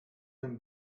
them